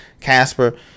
casper